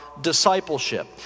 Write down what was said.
discipleship